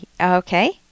Okay